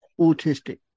autistic